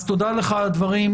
אז תודה לך על הדברים.